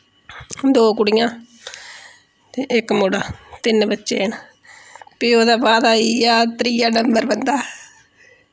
दो कुड़ियां ते इक मुड़ा तिन्न बच्चे न फ्ही ओह्दे बाद आइया त्रीया नंबर बंदा